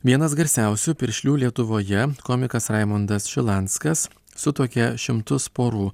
vienas garsiausių piršlių lietuvoje komikas raimundas šilanskas sutuokė šimtus porų